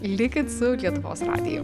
likit su lietuvos radiju